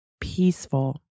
peaceful